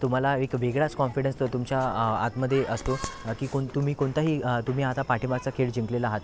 तुम्हाला एक वेगळाच कॉन्फिडंस तो तुमच्या आतमध्ये असतो की कोण तुम्ही कोणताही तुम्ही आता पाठीमागचा खेळ जिंकलेला आहात